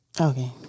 Okay